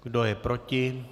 Kdo je proti?